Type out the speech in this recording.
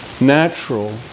natural